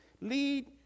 lead